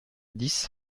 dix